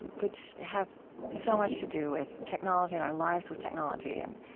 which have so much to do with technology, and our lives with technology, and